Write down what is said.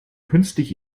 künstlich